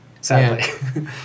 Sadly